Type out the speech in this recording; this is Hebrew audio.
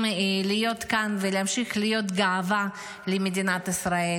להיות כאן ולהמשיך להיות גאווה למדינת ישראל.